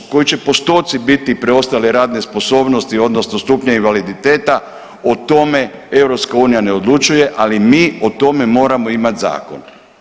Koji će postotci biti preostale radne sposobnosti, odnosno stupnja invaliditeta o tome EU ne odlučuje, ali mi o tome moramo imati zakon.